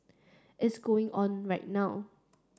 it's going on right now